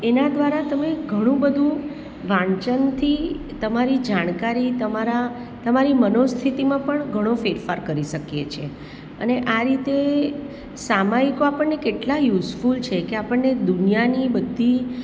એના દ્વારા તમે ઘણું બધું વાંચનથી તમારી જાણકારી તમારા તમારી મનોસ્થિતિમાં પણ ઘણો ફેરફાર કરી શકીએ છીએ અને આ રીતે સામાયિકો આપણને કેટલાં યુસફૂલ છે કે આપણને દુનિયાની બધી